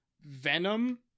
Venom